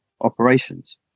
operations